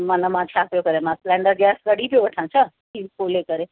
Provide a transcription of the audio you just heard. माना मां छा पियो करियां मां सिलेंडर गैस कढी पियो वठां छा सील खोले करे